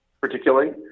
particularly